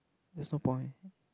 there's no point